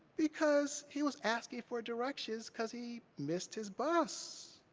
because he was asking for directions cause he missed his bus.